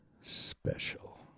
special